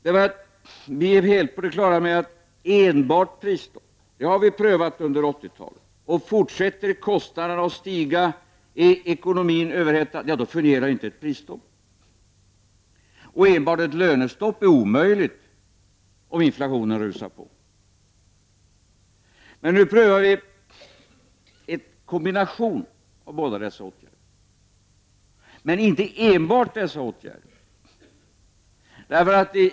Enbart prisstopp har vi prövat under 80-talet, och vi är helt på det klara med att fortsätter kostnaderna att stiga och är ekonomin överhettad, fungerar inte ett prisstopp. Och enbart ett lönestopp är omöjligt om inflationen rusar på. Nu prövar vi en kombination av dessa båda åtgärder — men inte enbart dessa åtgärder.